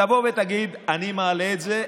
תבוא ותגיד: אני מעלה את זה.